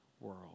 world